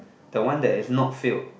the one that is not filled